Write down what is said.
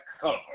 cover